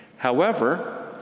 however,